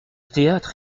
théâtre